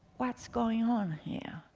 what's going on here?